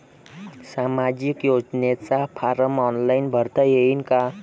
सामाजिक योजनेचा form online भरता येईन का?